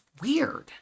weird